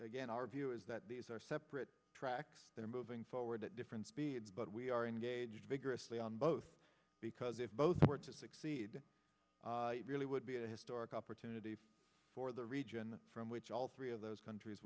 again our view is that these are separate tracks that are moving forward at different speeds but we are engaged vigorously on both because if both were to cde it really would be a historic opportunity for the region from which all three of those countries